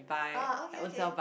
ah okay okay